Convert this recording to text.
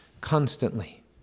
constantly